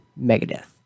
Megadeth